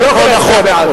הוא לא יכול להצביע בעד.